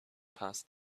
passed